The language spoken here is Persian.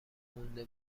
مونده